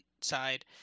side